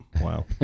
Wow